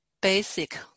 basic